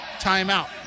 timeout